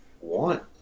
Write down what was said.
want